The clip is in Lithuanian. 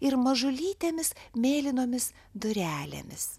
ir mažulytėmis mėlynomis durelėmis